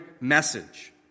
message